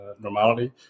normality